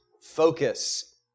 focus